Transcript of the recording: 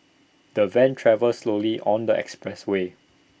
the van travelled slowly on the expressway